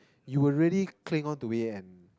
you will really cling on to it and